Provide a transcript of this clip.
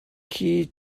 khi